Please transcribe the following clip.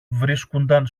βρίσκουνταν